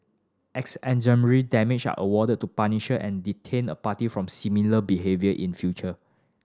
exemplary damage are awarded to punisher and deter a party from similar behaviour in future